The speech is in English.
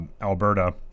Alberta